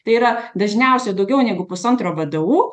tai yra dažniausiai daugiau negu pusantro vdu